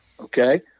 Okay